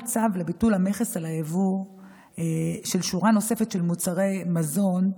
צו לביטול המכס על היבוא של שורה נוספת של מוצרי מזון,